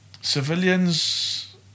Civilians